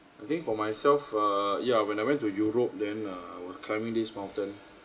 I think for myself err yeah when I went to europe then err we're climbing this mountain